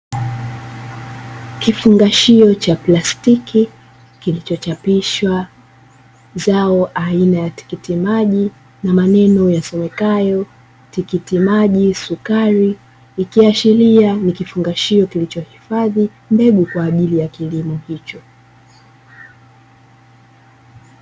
Kifungashio cha plastiki kilichochapishwa zao aina ya tikiti maji na maneno yasomekayo tikiti maji, sukari, ikiashiria ni kifungashio kilichohifadhi mbegu kwa ajili ya kilimo hicho.